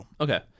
Okay